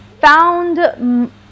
found